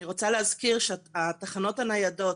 אני רוצה להזכיר שהתחנות הניידות